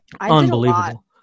Unbelievable